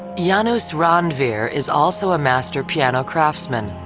jaanus randveer is also a master piano craftsman.